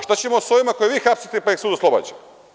Šta ćemo sa ovima koje vi hapsite, pa ih sud oslobađa?